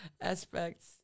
aspects